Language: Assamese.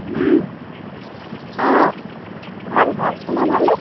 অঁ ভাল ভাল তোমাৰ ভালনে